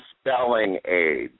Spelling-Aids